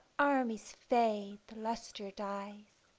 armies fade, the lustre dies.